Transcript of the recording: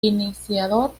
iniciador